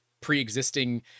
pre-existing